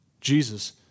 Jesus